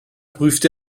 prüfte